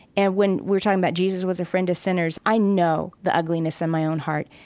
and when we're talking about jesus was a friend to sinners, i know the ugliness in my own heart.